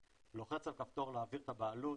לוחץ על כפתור להעביר את הבעלות,